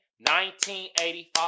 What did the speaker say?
1985